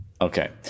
Okay